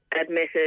admitted